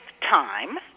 time